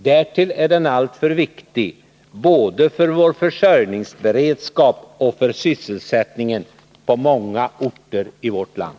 Därtill är den alltför viktig, både för vår försörjningsberedskap och för sysselsättningen på många orter i vårt land.